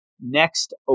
next